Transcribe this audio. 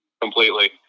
Completely